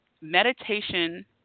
Meditation